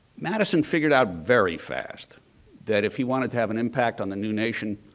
madison figured out very fast that if he wanted to have an impact on the new nation,